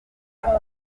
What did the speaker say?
vingt